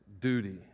duty